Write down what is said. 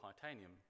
titanium